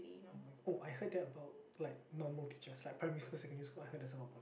oh I heard that about like normal teachers like primary school secondary school I heard there's a lot of politics